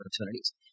opportunities